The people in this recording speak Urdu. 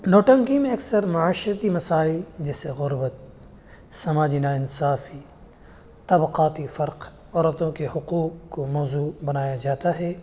نوٹںکی میں اکثر معاشرتی مسائل جیسے غربت سماجی ناانصافی طبقاتی فرق عورتوں کے حقوق کو موضوع بنایا جاتا ہے